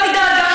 לא יודעת.